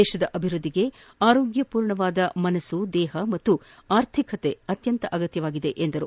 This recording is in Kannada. ದೇಶದ ಅಭಿವೃದ್ಧಿಗೆ ಆರೋಗ್ಯರ್ಣ ಮನಸ್ಸು ದೇಹ ಪಾಗೂ ಅರ್ಥಿಕತೆ ಅತ್ಯಂತ ಅಗತ್ಯವಾಗಿದೆ ಎಂದರು